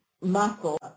muscle